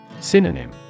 Synonym